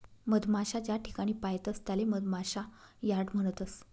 मधमाशा ज्याठिकाणे पायतस त्याले मधमाशा यार्ड म्हणतस